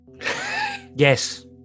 Yes